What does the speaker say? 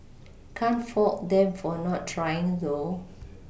can't fault them for not trying though